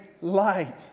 light